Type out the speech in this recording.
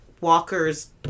walker's